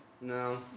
No